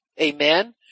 Amen